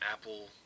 Apple